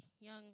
young